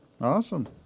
Awesome